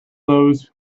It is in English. those